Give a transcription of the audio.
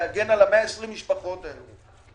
להגן על 120 המשפחות האלו.